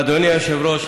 אדוני היושב-ראש,